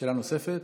שאלה נוספת?